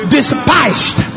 Despised